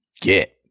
get